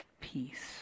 peace